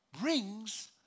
brings